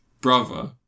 brother